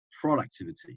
productivity